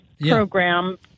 program